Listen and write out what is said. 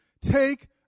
Take